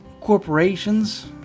corporations